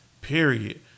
period